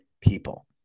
people